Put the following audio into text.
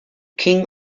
king